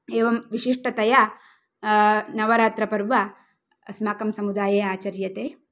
एवं विशिष्टतया नवरात्रपर्व अस्माकं समुदाये आचर्यते